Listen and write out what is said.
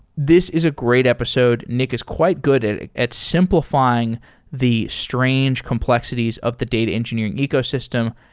this is a great episode. nick is quite good at at simplifying the strange complexities of the data engineering ecosystem.